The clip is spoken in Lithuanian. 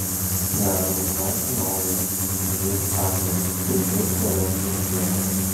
galima išvengti naujo živ atvejo tai živ prevencijos priemonė